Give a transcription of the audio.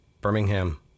Birmingham